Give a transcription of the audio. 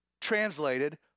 translated